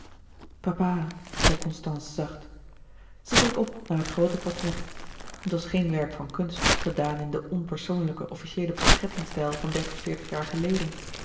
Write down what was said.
papa zei constance zacht zij keek op naar het groote portret het was geen werk van kunst gedaan in den onpersoonlijken officieelen portrettenstijl van dertig veertig jaar geleden